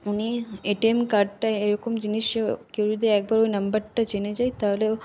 উনি এটিএম কার্ডটা এরকম জিনিসও কেউ যদি একবার ওই নাম্বরটা জেনে যায় তাহলে